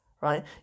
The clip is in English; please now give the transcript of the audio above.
right